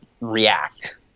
react